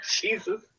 Jesus